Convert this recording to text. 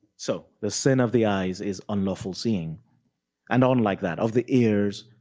so, the sin of the eyes is unlawful seeing and on like that, of the ears,